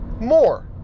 More